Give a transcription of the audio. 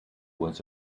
was